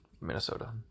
Minnesota